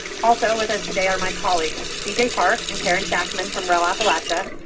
also, with us today are my colleagues cj park and karen shakman from rel appalachia,